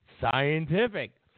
scientific